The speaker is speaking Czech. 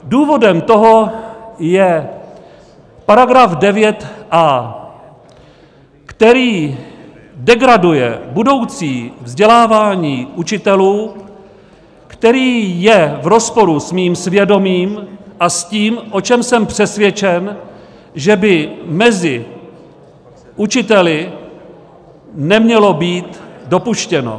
Důvodem toho je § 9a, který degraduje budoucí vzdělávání učitelů, který je v rozporu s mým svědomím a s tím, o čem jsem přesvědčen, že by mezi učiteli nemělo být dopuštěno.